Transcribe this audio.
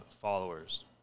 followers